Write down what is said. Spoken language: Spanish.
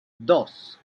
dos